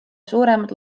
suuremad